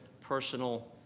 personal